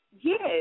Yes